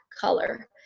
color